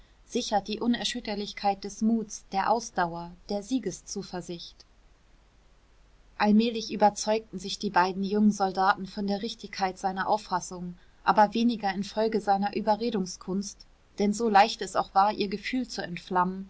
sichert die unerschütterlichkeit des muts der ausdauer der siegeszuversicht allmählich überzeugten sich die beiden jungen soldaten von der richtigkeit seiner auffassung aber weniger infolge seiner überredungskunst denn so leicht es auch war ihr gefühl zu entflammen